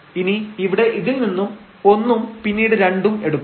ഇനി ഇവിടെ ഇതിൽനിന്നും 1 ഉം പിന്നീട് 2 ഉം എടുക്കാം